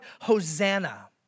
Hosanna